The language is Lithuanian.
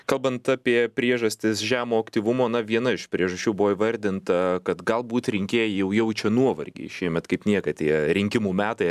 kalbant apie priežastis žemo aktyvumo na viena iš priežasčių buvo įvardinta kad galbūt rinkėjai jau jaučia nuovargį šiemet kaip niekad tie rinkimų metai